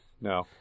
No